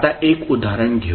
आता एक उदाहरण घेऊ